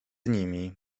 nimi